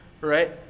right